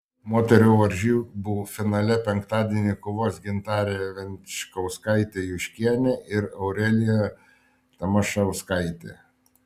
moterų varžybų finale penktadienį kovos gintarė venčkauskaitė juškienė ir aurelija tamašauskaitė